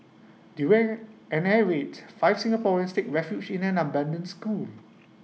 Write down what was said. during an air raid five Singaporeans take refuge in an abandoned school